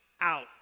out